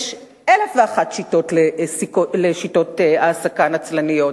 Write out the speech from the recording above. יש אלף ואחת שיטות העסקה נצלניות.